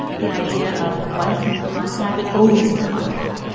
the idea of once in contact, always in contact.